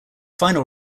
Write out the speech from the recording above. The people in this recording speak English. final